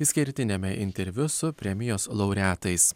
išskirtiniame interviu su premijos laureatais